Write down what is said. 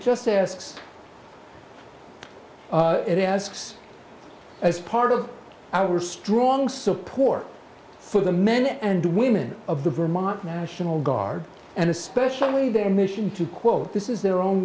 just asks it has as part of our strong support for the men and women of the vermont national guard and especially their mission to quote this is their own